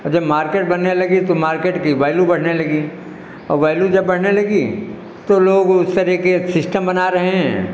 और जब मार्केट बनने लगी तो मार्केट की वैलू बढ़ने लगी और वैलू जब बढ़ने लगी तो लोग उस तरह के सिस्टम बना रहे हैं